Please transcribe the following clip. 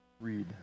read